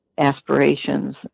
aspirations